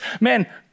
Man